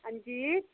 हां जी